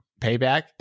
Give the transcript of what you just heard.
payback